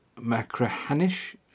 Macrahanish